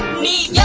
need